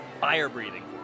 fire-breathing